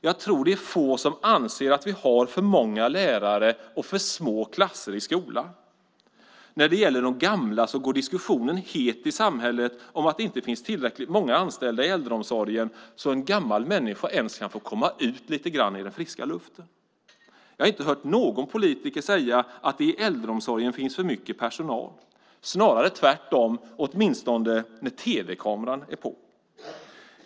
Jag tror att det är få som anser att vi har för många lärare och för små klasser i skolan. När det gäller de gamla går diskussionen het i samhället om att det inte finns tillräckligt många anställda i äldreomsorgen så att en gammal människa ens kan få komma ut lite grann i den friska luften. Jag har inte hört någon politiker säga att det i äldreomsorgen finns för mycket personal, snarare tvärtom, åtminstone när tv-kameran är på.